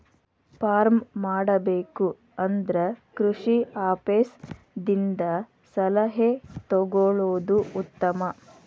farm ಮಾಡಬೇಕು ಅಂದ್ರ ಕೃಷಿ ಆಪೇಸ್ ದಿಂದ ಸಲಹೆ ತೊಗೊಳುದು ಉತ್ತಮ